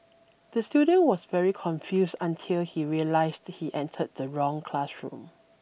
the student was very confused until he realised he entered the wrong classroom